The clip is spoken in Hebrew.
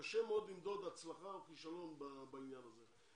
קשה מאוד למדוד הצלחה או כישלון בעניין הזה.